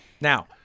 Now